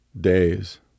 days